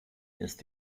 ist